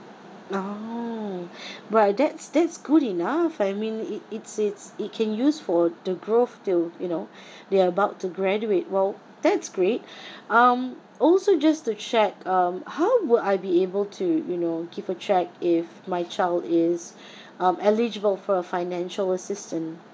oh but that's that's good enough I mean it it's it's it can use for the growth to you know they're about to graduate while that's great um also just to check um how will I be able to you know give a check if my child is um eligible for your financial assistance